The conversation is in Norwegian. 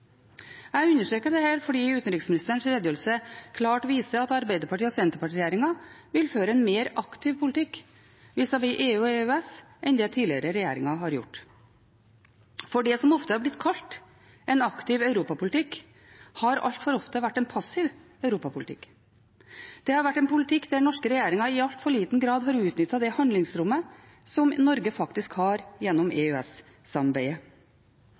Jeg understreker dette fordi utenriksministerens redegjørelse klart viser at Arbeiderparti–Senterparti-regjeringen vil føre en mer aktiv politikk vis-à-vis EU og EØS enn det tidligere regjeringer har gjort. For det som ofte har blitt kalt en aktiv europapolitikk, har altfor ofte vært en passiv europapolitikk. Det har vært en politikk der norske regjeringer i altfor liten grad har utnyttet det handlingsrommet som Norge faktisk har gjennom